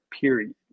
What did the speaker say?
Period